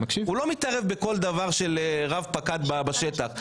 הוא לא מתערב בכל דבר של רב פקד בשטח,